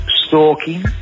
stalking